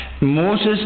Moses